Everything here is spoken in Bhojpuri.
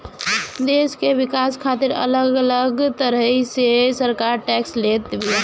देस के विकास खातिर अलग अलग तरही से सरकार टेक्स लेत बिया